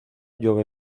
llueve